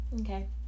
okay